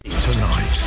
Tonight